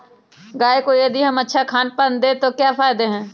गाय को यदि हम अच्छा खानपान दें तो क्या फायदे हैं?